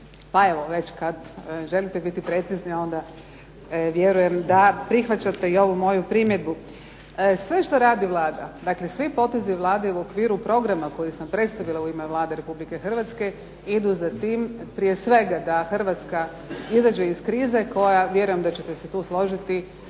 Pa evo već kad želite biti precizni onda vjerujem da prihvaćate i ovu moju primjedbu. Sve što radi Vlada, dakle svi potezi Vlade u okviru programa koji sam predstavila u ime Vlade Republike Hrvatske idu za tim prije svega da Hrvatska izađe iz krize koja vjerujem da ćete se tu složiti